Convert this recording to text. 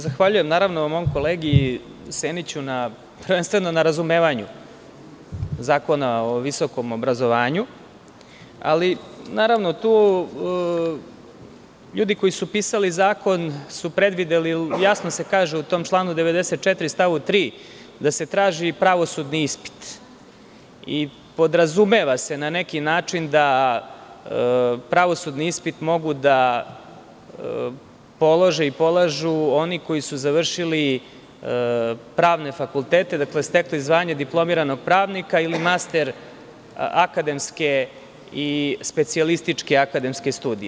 Zahvaljujem se mom kolegi Seniću prvenstveno na razumevanju Zakona o visokom obrazovanju, ali ljudi koji su pisali zakon su predvideli, jasno se kaže u tom članu 94. stavu 3. da se traži pravosudni ispit i podrazumeva se, na neki način, da pravosudni ispit mogu da polože i polažu oni koji su završili pravne fakultete, stepen zvanja diplomiranog pravnika ili master akademske i specijalističke akademske studije.